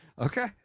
Okay